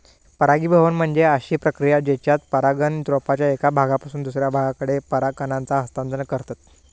परागीभवन म्हणजे अशी प्रक्रिया जेच्यात परागकण रोपाच्या एका भागापासून दुसऱ्या भागाकडे पराग कणांचा हस्तांतरण करतत